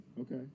Okay